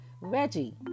Reggie